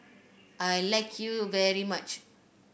I like you very much